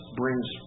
brings